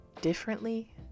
differently